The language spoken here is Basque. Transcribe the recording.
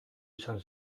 izan